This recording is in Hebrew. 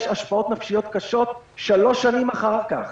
השפעות נפשיות קשות שלוש שנים אחר כך.